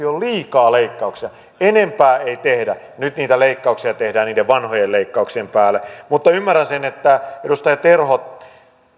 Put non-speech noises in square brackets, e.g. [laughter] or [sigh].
[unintelligible] jo liikaa leikkauksia enempää ei tehdä nyt niitä leikkauksia tehdään niiden vanhojen leikkauksien päälle mutta ymmärrän sen että edustaja terho